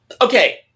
okay